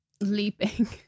leaping